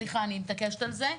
סליחה, אני מתעקשת על זה.